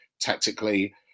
tactically